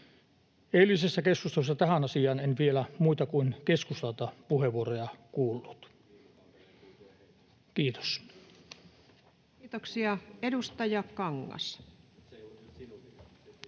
Eilisessä keskustelussa tähän asiaan en vielä muilta kuin keskustalta puheenvuoroja kuullut. [Juho Eerolan välihuuto] — Kiitos.